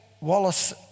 Wallace